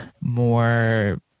more